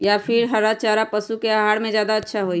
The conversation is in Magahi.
या फिर हरा चारा पशु के आहार में ज्यादा अच्छा होई?